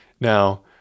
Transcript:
Now